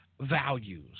values